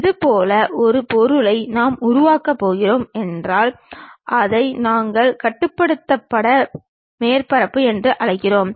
இதுபோன்ற ஒரு பொருளை நாம் உருவாக்கப் போகிறோம் என்றால் அதை நாங்கள் கட்டுப்படுத்தப்பட்ட மேற்பரப்பு என்று அழைக்கிறோம்